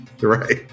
right